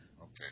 Okay